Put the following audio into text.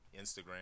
Instagram